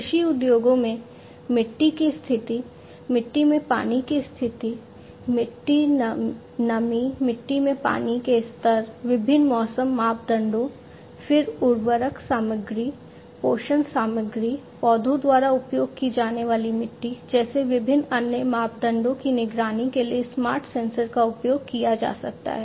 कृषि उद्योगों में मिट्टी की स्थिति मिट्टी में पानी की स्थिति मिट्टी नमी मिट्टी में पानी के स्तर विभिन्न मौसम मापदंडों फिर उर्वरक सामग्री पोषण सामग्री पौधों द्वारा उपयोग की जाने वाली मिट्टी जैसे विभिन्न अन्य मापदंडों की निगरानी के लिए स्मार्ट सेंसर का उपयोग किया जा सकता है